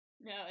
No